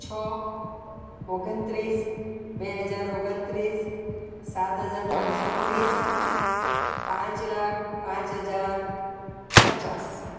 છ ઓગણત્રીસ બે હજાર ઓગણત્રીસ સાત હજાર પાંચસો ત્રીસ પાંચ લાખ પાંચ હજાર પચાસ